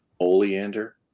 Oleander